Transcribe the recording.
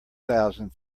thousand